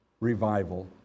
revival